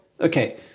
Okay